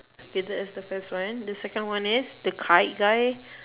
it is that's the first one the second is the kite guy